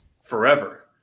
forever